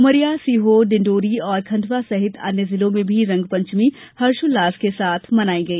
उमरिया सीहोर डिंडौरी और खंडवा सहित अन्य जिलों में भी रंगपचंमी हर्षोल्लास के साथ मनाई गई